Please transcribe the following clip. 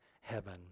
heaven